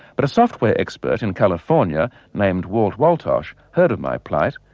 but a software expert in california named walt woltosz heard of my plight.